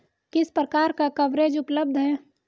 किस प्रकार का कवरेज उपलब्ध है?